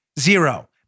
Zero